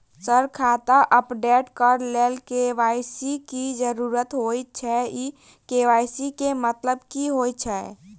Sir खाता update करऽ लेल के.वाई.सी की जरुरत होइ छैय इ के.वाई.सी केँ मतलब की होइ छैय?